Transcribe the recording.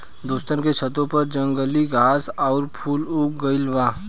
दोस्तन के छतों पर जंगली घास आउर फूल उग गइल बा